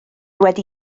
wedi